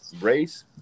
race